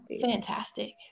fantastic